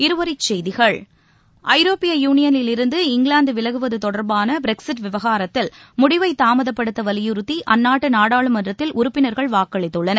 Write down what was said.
இருவரிச்செய்திகள் ஐரோப்பிய யூனியனிலிருந்து இங்கிலாந்து விலகுவது தொடர்பான பிரெக்ஸிட் விவகாரத்தில் முடிவை தாமதப்படுத்த வலியுறுத்தி அந்நாட்டு நாடாளுமன்றத்தில் உறுப்பினர்கள் வாக்களித்துள்ளனர்